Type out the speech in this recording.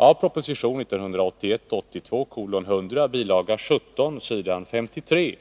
Av proposition 1981/82:100 bilaga 17 s. 53